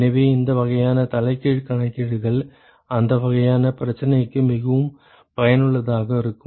எனவே இந்த வகையான தலைகீழ் கணக்கீடுகள் அந்த வகையான பிரச்சனைக்கு மிகவும் பயனுள்ளதாக இருக்கும்